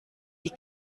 die